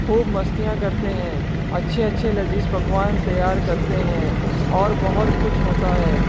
خوب مستیاں کرتے ہیں اچھے اچھے لذیذ پکوان تیار کرتے ہیں اور بہت کچھ ہوتا ہے